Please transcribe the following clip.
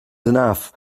enough